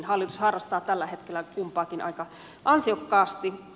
hallitus harrastaa tällä hetkellä kumpaakin aika ansiokkaasti